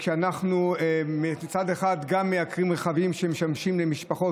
כשאנחנו מצד אחד גם מייקרים רכבים שמשמשים למשפחות,